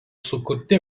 sukurti